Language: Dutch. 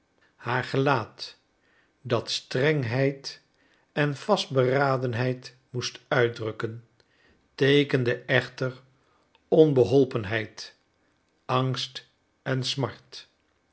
haar gelaat dat strengheid en vastberadenheid moest uitdrukken teekende echter onbeholpenheid angst en smart